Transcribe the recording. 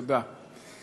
תודה.